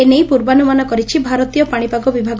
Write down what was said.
ଏ ନେଇ ପୂର୍ବାନୁମାନ କରିଛି ଭାରତୀୟ ପାଶିପାଗ ବିଭାଗ